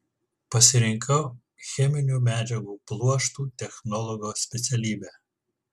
pasirinkau cheminių medžiagų pluoštų technologo specialybę